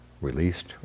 released